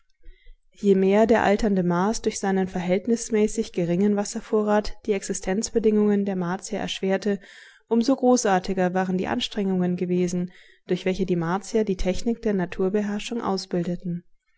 je mehr der alternde mars durch seinen verhältnismäßig geringen wasservorrat die existenzbedingungen der martier erschwerte um so großartiger waren die anstrengungen gewesen durch welche die martier die technik der naturbeherrschung ausbildeten